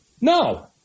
No